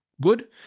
good